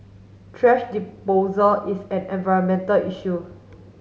thrash is an environmental issue